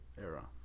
era